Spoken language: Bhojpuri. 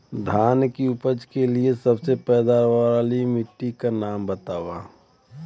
धान की उपज के लिए सबसे पैदावार वाली मिट्टी क का नाम ह?